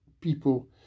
people